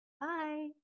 Bye